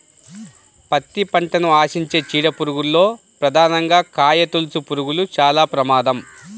పత్తి పంటను ఆశించే చీడ పురుగుల్లో ప్రధానంగా కాయతొలుచుపురుగులు చాలా ప్రమాదం